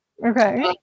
Okay